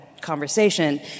conversation